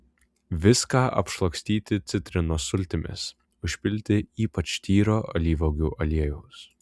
viską apšlakstyti citrinos sultimis užpilti ypač tyro alyvuogių aliejaus